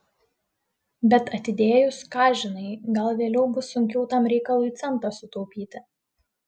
bet atidėjus ką žinai gal vėliau bus sunkiau tam reikalui centą sutaupyti